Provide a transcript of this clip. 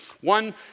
One